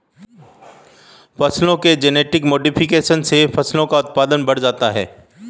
फसलों के genetic modification से फसलों का उत्पादन बढ़ जाता है